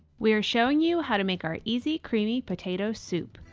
we are showing you how to make our easy creamy potato soup.